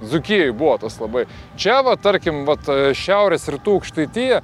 dzūkijoj buvo tas labai čia va tarkim vat šiaurės rytų aukštaitija